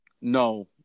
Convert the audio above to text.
No